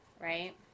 right